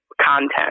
content